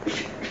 which